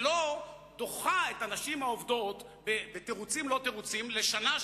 ולא דוחים את הנשים העובדות בתירוצים לא תירוצים לשנה,